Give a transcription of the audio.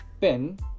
pen